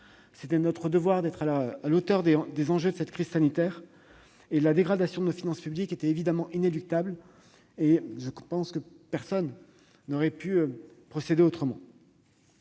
était de notre devoir d'être à la hauteur des enjeux de cette crise sanitaire, et la dégradation de nos finances publiques était évidemment inéluctable. Personne, à mon sens, n'aurait pu procéder autrement.